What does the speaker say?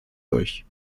durch